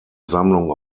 sammlung